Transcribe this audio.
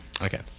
Okay